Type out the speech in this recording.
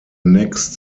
next